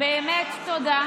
באמת תודה,